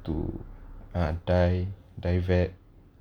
to dye dye vet